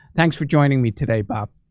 thanks for joining me today, bob.